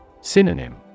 Synonym